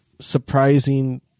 surprising